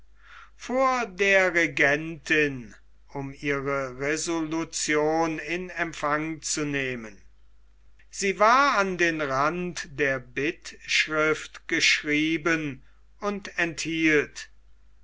vor der regentin um ihre resolution in empfang zu nehmen sie war an den rand der bittschrift geschrieben und enthielt